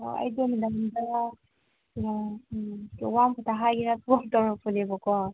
ꯑꯥ ꯑꯩꯗꯣ ꯃꯦꯗꯥꯝꯗ ꯎꯝ ꯋꯥ ꯑꯃ ꯈꯛꯇ ꯍꯥꯏꯒꯦꯅ ꯐꯣꯟ ꯇꯧꯔꯛꯄꯅꯦꯕꯀꯣ